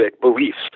beliefs